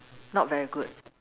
not very good